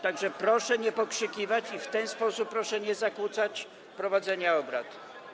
Tak że proszę nie pokrzykiwać i w ten sposób proszę nie zakłócać prowadzenia obrad.